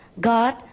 God